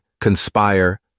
conspire